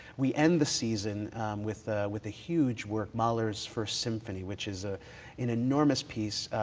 we end the season with with a huge work, mahler's first symphony, which is ah an enormous piece.